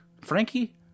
Frankie